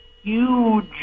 huge